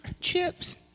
chips